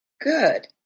Good